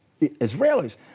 Israelis